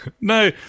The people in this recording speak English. No